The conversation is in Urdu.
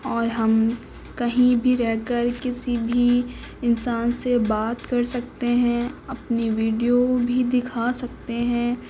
اور ہم کہیں بھی رہ کر کسی بھی انسان سے بات کر سکتے ہیں اپنی ویڈیو بھی دکھا سکتے ہیں